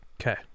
Okay